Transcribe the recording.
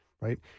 right